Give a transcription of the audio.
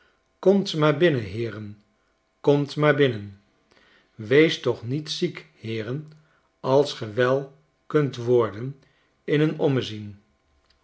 komt maar binnen heeren komt maar binnen weest toch niet ziek heeren als ge wel kunt worden in een ommezien